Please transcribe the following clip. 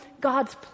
God's